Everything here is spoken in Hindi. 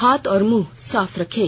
हाथ और मुंह साफ रखें